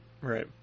right